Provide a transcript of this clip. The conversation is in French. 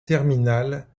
terminal